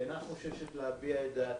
אינה חוששת להביע את דעתה.